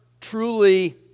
truly